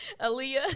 Aaliyah